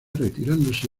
retirándose